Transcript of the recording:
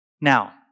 Now